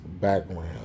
background